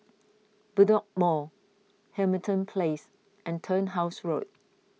Bedok Mall Hamilton Place and Turnhouse Road